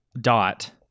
Dot